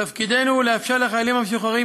תפקידנו הוא לאפשר לחיילים המשוחררים